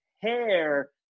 hair